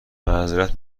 معظرت